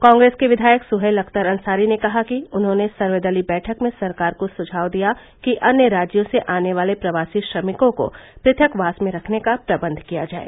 कांग्रेस के विधायक सुहेल अख्तर अंसारी ने कहा कि उन्होंने सर्वदलीय बैठक में सरकार को सुझाव दिया कि अन्य राज्यों से आने वाले प्रवासी श्रमिकों को पृथकवास में रखने का प्रबंध किया जाए